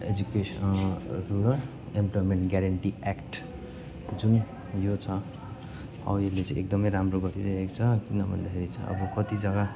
एजुकेस rural employment guarantee act जुन यो छ अब यसले चाहिँ एकदमै राम्रो गरिरहेको छ किन भन्दाखेरि चाहिँ अब कति जग्गा